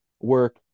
work